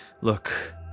Look